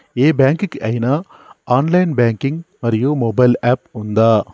ఏ bank కి ఐనా online banking మరియు మొబైల్ యాప్ ఉందా?